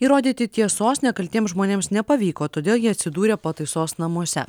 įrodyti tiesos nekaltiems žmonėms nepavyko todėl jie atsidūrė pataisos namuose